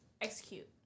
execute